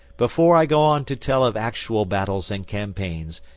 before i go on to tell of actual battles and campaigns,